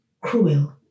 cruel